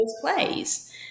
plays